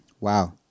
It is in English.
Wow